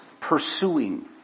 pursuing